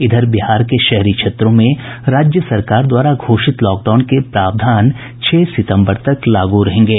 इधर बिहार के शहरी इलाकों में राज्य सरकार द्वारा घोषित लॉकडाउन के प्रावधान छह सितम्बर तक लागू रहेंगे